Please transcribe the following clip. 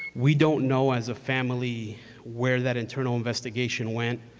we don't know as a family where that internal investigation went.